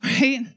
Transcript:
Right